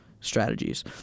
strategies